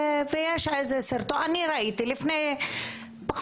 ויש איזה סרטון אני ראיתי לפני פחות